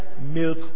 milk